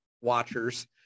watchers